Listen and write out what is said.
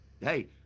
Hey